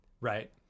Right